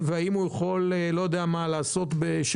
או על ידי פטורים ספציפיים עם הפניות